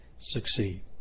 succeed